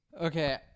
Okay